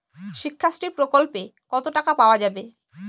শিক্ষাশ্রী প্রকল্পে কতো টাকা পাওয়া যাবে?